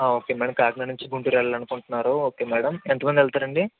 okay madam Kakinada నుంచి గుంటూరు వెళ్ళాలి అనుకుంటున్నారు ఓకే మ్యాడం ఎంత మంది వెళ్తారండి